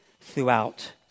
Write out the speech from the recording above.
throughout